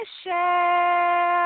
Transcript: share